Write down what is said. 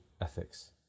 ethics